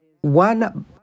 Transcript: one